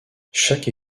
chaque